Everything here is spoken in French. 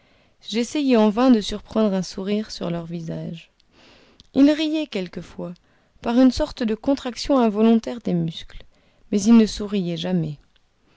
j'essayais en vain de surprendre un sourire sur leur visage ils riaient quelquefois par une sorte de contraction involontaire des muscles mais ils ne souriaient jamais